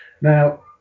now